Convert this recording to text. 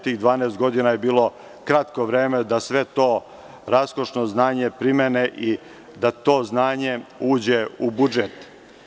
Tih 12 godina je bilo kratko vreme da sve to raskošno znanje primene i da to znanje uđe u budžet.